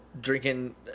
drinking